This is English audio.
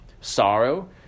sorrow